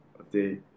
okay